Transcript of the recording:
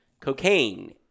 Cocaine